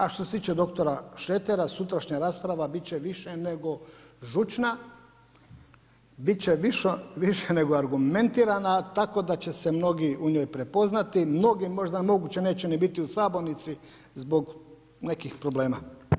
A što se tiče dr. Šretera sutrašnja rasprava biti će više nego žučna, biti će više nego argumentirana tako da će se mnogi u njoj prepoznati, mnogi možda moguće neće ni biti u sabornici zbog nekih problema.